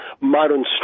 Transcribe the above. modern